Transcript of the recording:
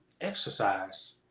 exercise